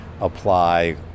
apply